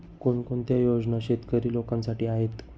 कोणकोणत्या योजना शेतकरी लोकांसाठी आहेत?